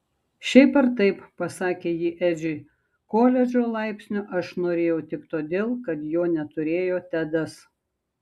šiaip ar taip pasakė ji edžiui koledžo laipsnio aš norėjau tik todėl kad jo neturėjo tedas